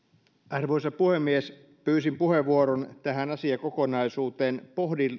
arvoisa puhemies pyysin puheenvuoron tähän asiakokonaisuuteen